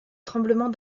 tremblement